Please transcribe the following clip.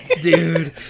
dude